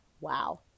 wow